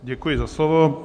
Děkuji za slovo.